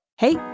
Hey